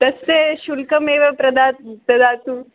तस्य शुल्कमेव प्रदा ददातु